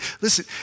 Listen